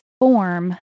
form